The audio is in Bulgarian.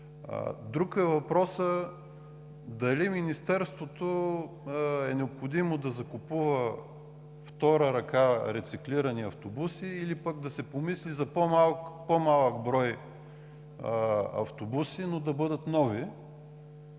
Друг е въпросът дали е необходимо Министерството да закупува втора ръка рециклирани автобуси, или пък да се помисли за по-малък брой автобуси, но да бъдат нови.